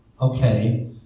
okay